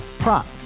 Prop